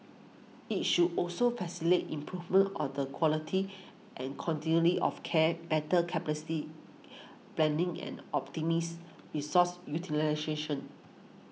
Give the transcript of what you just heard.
it should also facilitate improvement of the quality and continually of care better capacity planning and optimise resource utilisation